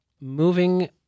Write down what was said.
Moving